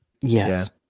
Yes